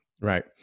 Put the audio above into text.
Right